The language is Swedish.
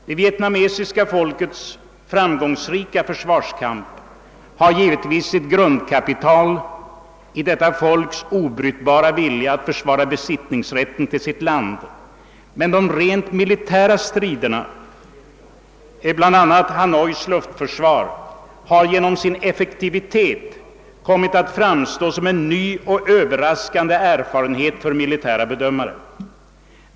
Det vietnamesiska folkets framgångsrika försvarskamp har givetvis ett grundkapital i detta folks obrytbara vilja att försvara besittningsrätten till sitt land, men de rent militära striderna — bl.a. Hanois luftförsvar — har genom sin effektivitet kommit att framstå som en ny och överraskande erfarenhet för militära bedömare.